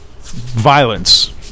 violence